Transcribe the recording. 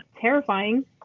terrifying